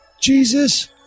Jesus